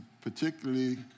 particularly